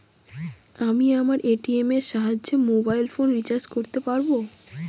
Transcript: আমি আমার এ.টি.এম এর সাহায্যে মোবাইল ফোন রিচার্জ করতে পারব?